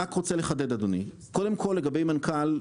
לגבי מנכ"ל,